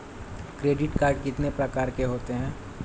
Credit card कितने प्रकार के होते हैं?